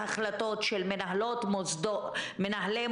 אפשר להגיב?